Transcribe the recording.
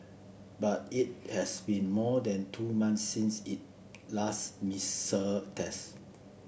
but it has been more than two months since it last missile test